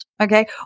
okay